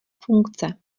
funkce